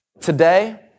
today